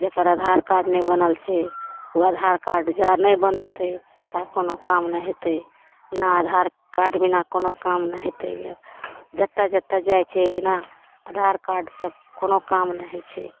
जकर आधार कार्ड नहि बनल छै ओ आधार कार्ड जा नहि बनेतै ता कोनो काम नहि हेतै बिना आधार कार्ड बिना कोनो काम नहि हेतै गे जतए जतए जाए छै बिना आधार कार्डसे कोनो काम नहि होइ छै